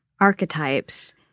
archetypes